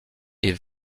est